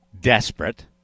desperate